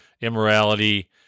immorality